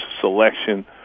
selection